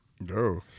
No